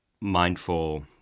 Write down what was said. mindful